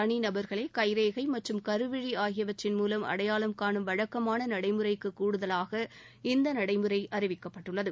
தனிநபர்களை கைரேகை மற்றும் கருவிழிப் படலம் ஆகியவற்றின் மூவம் அடையாளம் கானும் வழக்கமான நடைமுறைக்கு கூடுதலாக இந்த நடைமுறை அறிவிக்கப்பட்டுள்ளது